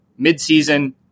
midseason